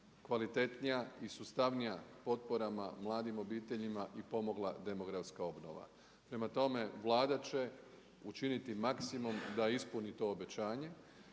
kvalitetnija i sustavnija potpora mladim obiteljima i pomogla demografska obnova. Prema tome, Vlada će učiniti maksimum da ispuni to obećanje.